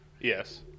Yes